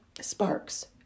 sparks